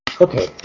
Okay